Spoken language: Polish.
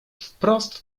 wprost